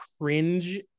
cringe